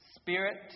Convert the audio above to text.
spirit